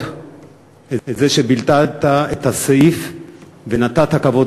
אני מכבד מאוד את זה שביטלת את הסעיף ונתת כבוד